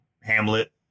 Hamlet